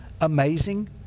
amazing